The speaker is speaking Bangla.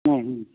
হুম হুম